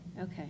okay